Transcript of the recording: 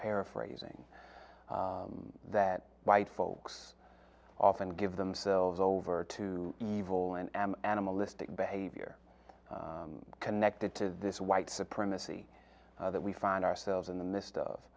paraphrasing that white folks often give themselves over to evil and am animalistic behavior connected to this white supremacy that we find ourselves in the midst of